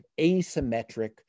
asymmetric